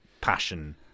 passion